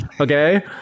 okay